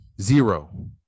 Zero